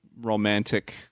romantic